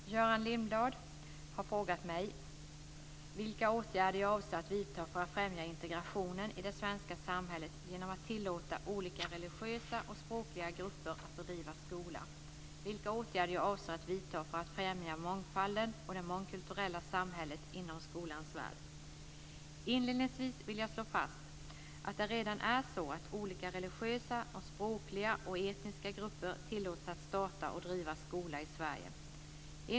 Fru talman! Göran Lindblad har frågat mig vilka åtgärder jag avser att vidta för att främja integrationen i det svenska samhället genom att tillåta olika religiösa och språkliga grupper att bedriva skola och vilka åtgärder jag avser att vidta för att främja mångfalden och det mångkulturella samhället inom skolans värld. Inledningsvis vill jag slå fast att det redan är så att olika religiösa, språkliga och etniska grupper tillåts att starta och driva skola i Sverige.